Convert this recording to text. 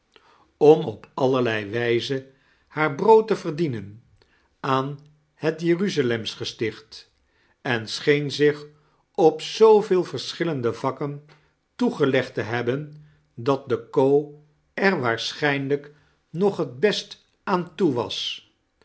om op ahjerlei wijzen haar brdbd te veirdieaen aan het jeruzalemsgesticht en scheen zich op zooyeel verschillende vakken toegelegd te hebben dat de co er waarschijnlijk nog het best aan toe was